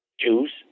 Jews